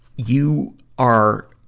you are,